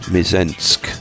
Mizensk